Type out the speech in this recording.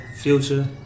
future